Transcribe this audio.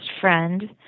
friend